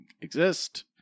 exist